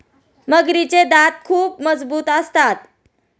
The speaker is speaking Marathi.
मगरीचे दात खूप मजबूत असतात